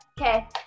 Okay